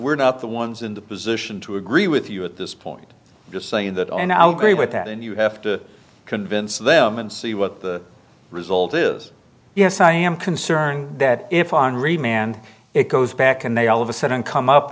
we're not the ones in the position to agree with you at this point just saying that and i'll go with that and you have to convince them and see what the result is yes i am concerned that if henri manned it goes back and they all of a sudden come up